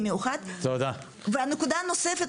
הנקודה הנוספת,